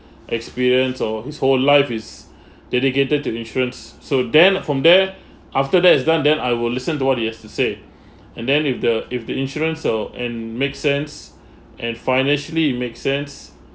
experienced or his whole life is dedicated to insurance so then from there after that is done then I will listen to what he has to say and then if the if the insurance or and make sense and financially it makes sense